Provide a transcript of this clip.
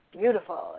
beautiful